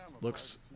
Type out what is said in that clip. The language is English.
looks